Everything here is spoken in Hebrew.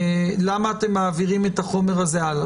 למה אתם מעבירים את החומר הזה הלאה.